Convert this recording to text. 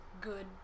good